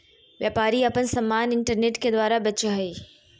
व्यापारी आपन समान इन्टरनेट के द्वारा बेचो हइ